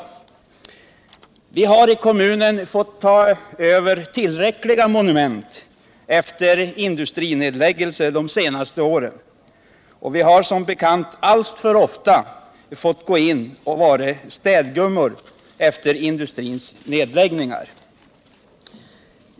Vi hari kommunen de senaste åren fått ta över tillräckligt med monument efter industrinedläggningar. Vi har som bekant alltför ofta fått gå in och vara "städgummor efter industrins nedläggningar.